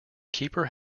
keeper